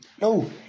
No